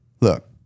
look